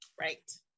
Right